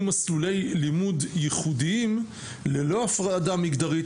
מסלולי לימוד ייחודיים ללא הפרדה מגדרית,